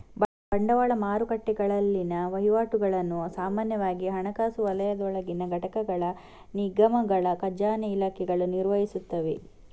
ಬಂಡವಾಳ ಮಾರುಕಟ್ಟೆಗಳಲ್ಲಿನ ವಹಿವಾಟುಗಳನ್ನು ಸಾಮಾನ್ಯವಾಗಿ ಹಣಕಾಸು ವಲಯದೊಳಗಿನ ಘಟಕಗಳ ನಿಗಮಗಳ ಖಜಾನೆ ಇಲಾಖೆಗಳು ನಿರ್ವಹಿಸುತ್ತವೆ